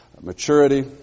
maturity